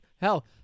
Hell